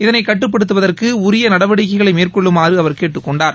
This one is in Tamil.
இதளை கட்டுப்படுத்துவதற்கு உரிய நடவடிக்கைகளை மேற்கொள்ளுமாறு அவர் கேட்டுக் கொண்டார்